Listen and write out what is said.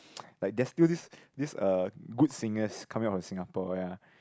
like there's still this this uh good singers coming out from Singapore ya